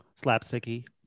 slapsticky